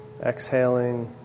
Exhaling